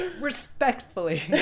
respectfully